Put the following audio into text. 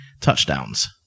touchdowns